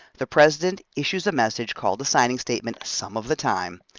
the president issues a message called a signing statement, some of the time,